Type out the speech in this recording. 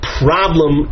problem